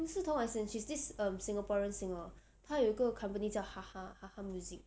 lin si tong as in she's this um singaporean singer 她有个 company 叫 haha haha music